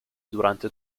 durante